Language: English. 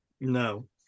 No